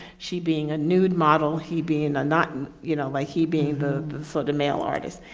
she being a nude model he being a not you know, like he being the sort of male artists.